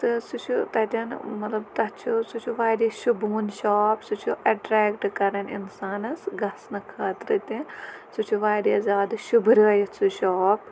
تہٕ سُہ چھُ تَتٮ۪ن مطلب تَتھ چھُ سُہ چھُ واریاہ شُبوُن شاپ سُہ چھُ اٮ۪ٹرٛیکٹ کَران اِنسانَس گژھنہٕ خٲطرٕ تہِ سُہ چھُ واریاہ زیادٕ شُبرٲیِتھ سُہ شاپ